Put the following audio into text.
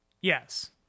yes